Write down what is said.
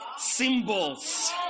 Symbols